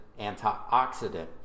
antioxidant